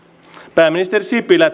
pääministeri sipilä